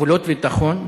גבולות ביטחון,